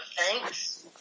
thanks